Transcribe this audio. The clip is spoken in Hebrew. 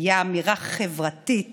היה אמירה חברתית